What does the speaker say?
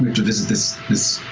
to visit this